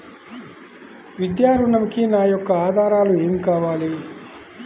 విద్యా ఋణంకి నా యొక్క ఆధారాలు ఏమి కావాలి?